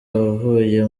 wavuye